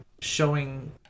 showing